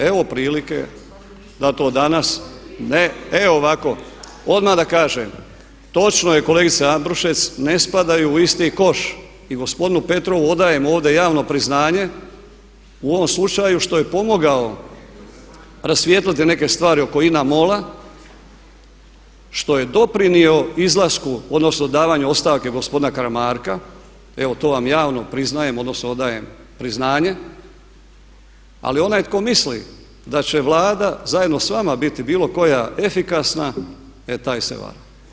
Evo prilike da to danas …… [[Upadica se ne čuje.]] Ne, evo ovako, odmah da kažem, točno je kolegice Ambrušec ne spadaju u isti koš i gospodinu Petrovu odajem ovdje javno priznanje u ovom slučaju što je pomogao rasvijetliti neke stvari oko INA MOL-a, što je doprinio izlasku, odnosno davanju ostavke gospodina Karamarka, evo to vam javno priznajem, odnosno odajem priznanje ali onaj tko misli da će Vlada zajedno sa vama biti bilo koja efikasna e taj se vara.